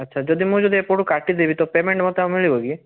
ଆଚ୍ଛା ଯଦି ମୁଁ ଯଦି ଏପଟୁ କାଟିଦେବି ତ ପେମେଣ୍ଟ୍ ମୋତେ ଆଉ ମିଳିବ କି